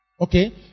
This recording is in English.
Okay